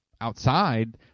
outside